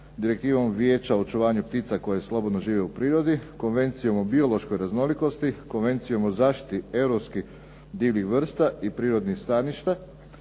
direktivom vijeća o očuvanju ptica koje slobodno žive u prirodi, konvencijom o biološkoj raznolikosti, konvencijom o zaštiti europskih divljih vrsta i prirodnih staništa,